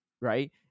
right